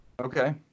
Okay